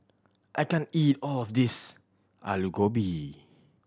I can't eat all of this Aloo Gobi